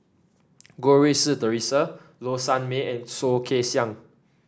Goh Rui Si Theresa Low Sanmay and Soh Kay Siang